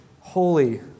holy